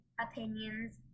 opinions